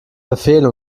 befehl